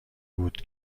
بود